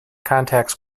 contacts